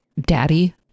daddy